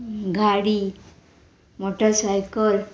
गाडी मोटरसायकल